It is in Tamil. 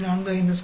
452 X 4